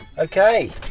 Okay